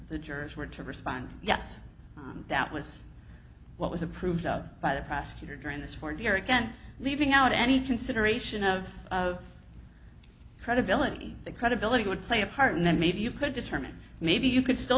the jurors were to respond yes that was what was approved of by the prosecutor during this for derek and leaving out any consideration of credibility the credibility would play a part and then maybe you could determine maybe you could still